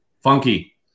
Funky